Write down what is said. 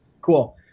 Cool